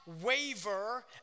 waver